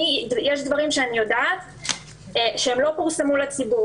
יש דברים שאני יודעת שהם לא פורסמו לציבור.